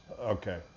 Okay